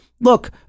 look